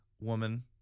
woman